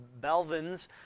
Belvins